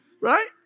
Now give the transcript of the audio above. Right